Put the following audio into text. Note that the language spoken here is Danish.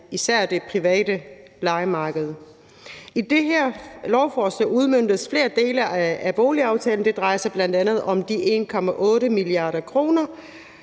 især det private lejemarked. I det her lovforslag udmøntes flere dele af boligaftalen. Det drejer sig bl.a. om de 1,8 mia. kr.,